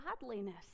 godliness